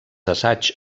assaigs